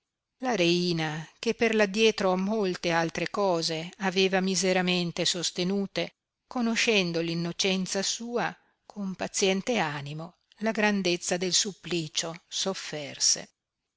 la reina che per l'addietro molte altre cose aveva miseramente sostenute conoscendo l innocenza sua con paziente animo la grandezza del supplicio sofferse